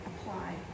apply